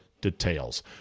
details